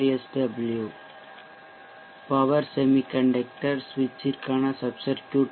power sw power semiconductor சுவிட்சிற்கான sub circuit